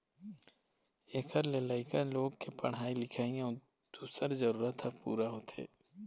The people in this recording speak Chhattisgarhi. एखर ले लइका लोग के पढ़ाई लिखाई अउ दूसर जरूरत ह पूरा होथे